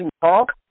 talk